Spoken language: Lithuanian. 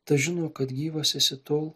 tas žino kad gyvas esi tol